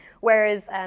Whereas